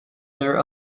their